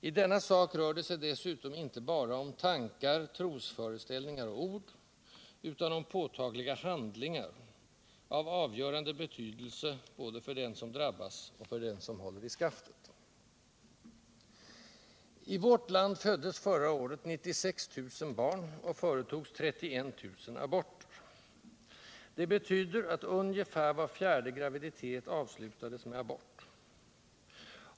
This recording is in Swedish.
I denna sak rör det sig dessutom inte bara om tankar, trosföreställningar och ord, utan om påtagliga handlingar av avgörande betydelse både för den som drabbas och för den som håller i skaftet. I vårt land föddes förra året 96 000 barn och företogs 31 000 aborter. Detta betyder att ungefär var fjärde graviditet avslutades med abort.